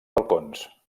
balcons